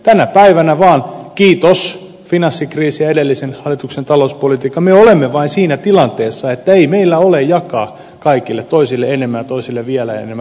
tänä päivänä kiitos finanssikriisin ja edellisen hallituksen talouspolitiikan me olemme vain siinä tilanteessa että ei meillä ole jakaa kaikille toisille enemmän ja toisille vielä enemmän